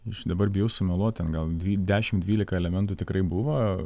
iš dabar bijau sumeluot ten gal dvi dešimt dvylika elementų tikrai buvo